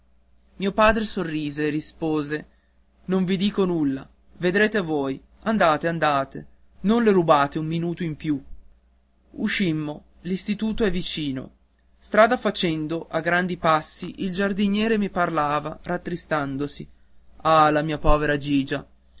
mio padre sorrise e rispose non vi dico nulla vedrete voi andate andate non le rubate un minuto di più uscimmo l'istituto è vicino strada facendo a grandi passi il giardiniere mi parlava rattristandosi ah la mia povera gigia